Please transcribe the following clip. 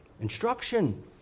Instruction